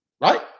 right